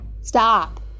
Stop